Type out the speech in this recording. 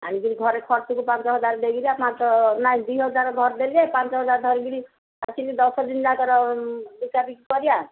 ଆଣିକିରି ଘରେ ଖର୍ଚ୍ଚକୁ ପାଞ୍ଚ ହଜାର ଦେଇକିିରି ପାଞ୍ଚ ନାଇଁ ଦୁଇ ହଜାର ଘର ଦେଲେ ପାଞ୍ଚ ହଜାର ଧରିକିରି ଆସିକି ଦଶ ଦିନ ଯାକର ବିକାବିକି କରିବା